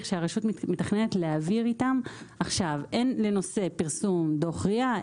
שהרשות מתכננת להעביר איתם עכשיו הן לנושא פרסום דו"ח RIA,